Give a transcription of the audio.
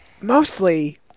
mostly